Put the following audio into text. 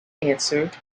answered